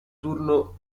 turno